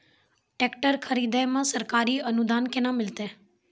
Tractor खरीदै मे सरकारी अनुदान केना मिलतै?